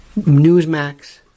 Newsmax